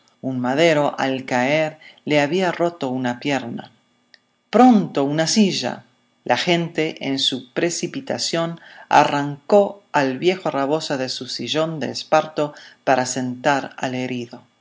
un madero al caer le había roto una pierna pronto una silla la gente en su precipitación arrancó al viejo rabosa de su sillón de esparto para sentar al herido